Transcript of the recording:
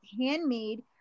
handmade